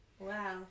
Wow